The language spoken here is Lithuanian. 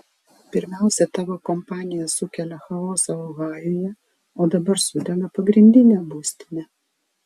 pirmiausia tavo kompanija sukelia chaosą ohajuje o dabar sudega pagrindinė būstinė